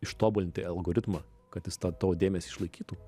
ištobulinti algoritmą kad jis tą tavo dėmesį išlaikytų